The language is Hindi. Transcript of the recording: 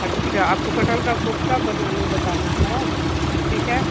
अच्छा आपको कटहल का कोफ़्ता बनाने बताना है ठीक है